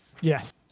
Yes